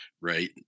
right